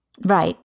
Right